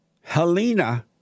Helena